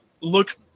look